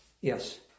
Yes